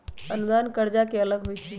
अनुदान कर्जा से अलग होइ छै